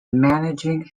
managing